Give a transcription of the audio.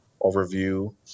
overview